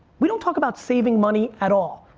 we don't talk about saving money at all.